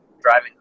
driving